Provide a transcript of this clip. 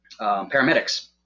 paramedics